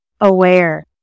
aware